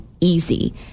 easy